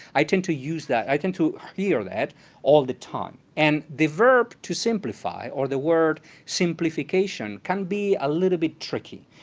i tend to use that. i tend to hear that all the time. and the verb to simplify, or the word simplification, can be a little bit tricky,